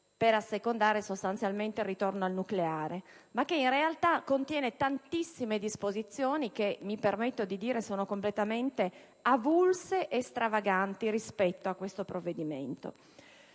per assecondare sostanzialmente il ritorno al nucleare, ma che in realtà contiene tantissime disposizioni che - mi permetto di dire - sono completamente avulse e stravaganti rispetto al provvedimento